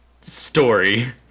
Story